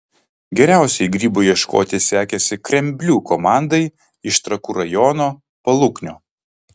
geriausiai grybų ieškoti sekėsi kremblių komandai iš trakų rajono paluknio